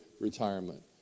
retirement